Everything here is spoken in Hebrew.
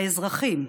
באזרחים.